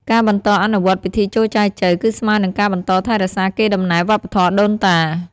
ការបន្តអនុវត្តពិធីចូលចែចូវ គឺស្មើនឹងការបន្តថែរក្សាកេរដំណែលវប្បធម៌ដូនតា។